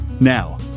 Now